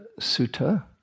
sutta